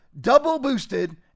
double-boosted